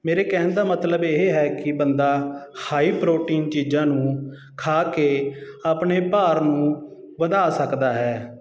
ਮੇਰੇ ਕਹਿਣ ਦਾ ਮਤਲਬ ਇਹ ਹੈ ਕਿ ਬੰਦਾ ਹਾਈ ਪ੍ਰੋਟੀਨ ਚੀਜ਼ਾਂ ਨੂੰ ਖਾ ਕੇ ਆਪਣੇ ਭਾਰ ਨੂੰ ਵਧਾ ਸਕਦਾ ਹੈ